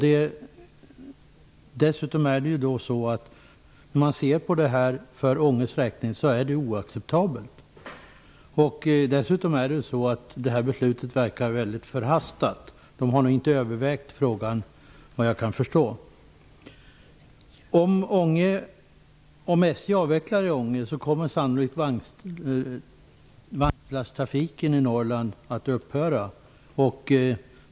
Det är oacceptabelt för Ånges räkning. Dessutom verkar beslutet väldigt förhastat. Man har såvitt jag kan förstå inte övervägt frågan. Om SJ avvecklar i Ånge kommer sannolikt vagnslasttrafiken i Norrland att upphöra.